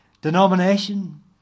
denomination